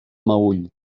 meüll